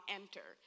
enter